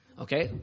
Okay